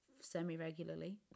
semi-regularly